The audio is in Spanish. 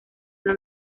una